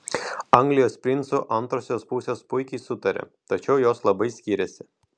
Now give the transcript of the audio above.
anglijos princų antrosios pusės puikiai sutaria tačiau jos labai skiriasi